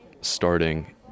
starting